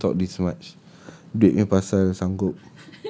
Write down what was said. I don't even talk this much duit punya pasal sanggup